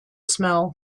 smell